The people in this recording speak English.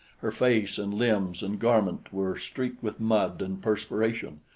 her face and limbs and garment were streaked with mud and perspiration,